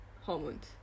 hormones